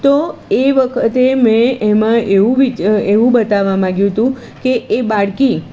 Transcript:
તો એ વખતે મેં એમાં એવું વ એવું બતાવા માંગ્યું હતું કે એ બાળકી